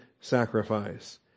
sacrifice